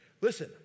listen